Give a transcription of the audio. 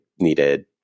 needed